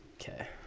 Okay